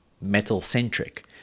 metal-centric